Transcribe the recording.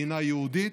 מדינה יהודית,